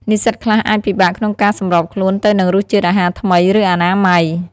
និស្សិតខ្លះអាចពិបាកក្នុងការសម្របខ្លួនទៅនឹងរសជាតិអាហារថ្មី ឬអនាម័យ។